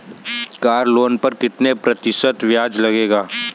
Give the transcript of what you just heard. Car loan पर कितने प्रतिशत ब्याज लगेगा?